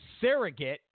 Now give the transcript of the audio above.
surrogate